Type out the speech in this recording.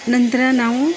ನಂತರ ನಾವು